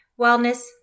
wellness